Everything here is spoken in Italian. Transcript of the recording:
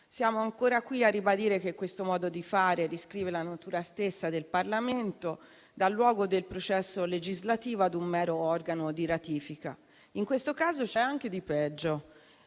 Siamo ancora qui a ribadire che questo modo di fare riscrive la natura stessa del Parlamento da luogo del processo legislativo a un mero organo di ratifica. In questo caso c'è anche di peggio